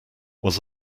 was